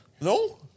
No